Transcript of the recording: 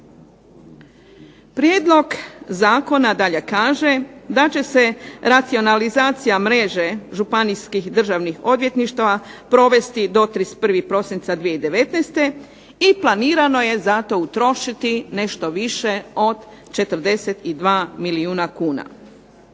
Prijedlog zakona dalje kaže da će se racionalizacija mreže županijskih državnih odvjetništava provesti do 31. prosinca 2019. i planirano je za to utrošiti nešto više od 42 milijuna kuna.